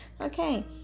okay